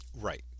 right